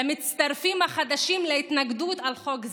למצטרפים החדשים להתנגדות לחוק,